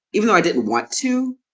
even though i didn't want to.